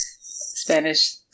Spanish